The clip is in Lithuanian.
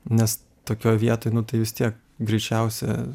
nes tokioj vietoj nu tai vis tiek greičiausia